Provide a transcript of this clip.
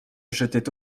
jetaient